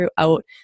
throughout